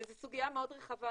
וזו סוגיה מאוד רחבה,